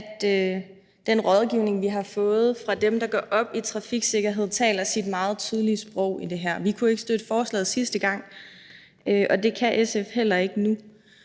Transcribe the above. at den rådgivning, vi har fået fra dem, der går op i trafiksikkerhed, taler sit meget tydelige sprog i det her. SF kunne ikke støtte forslaget sidste gang, og det kan vi heller ikke nu,